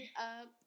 up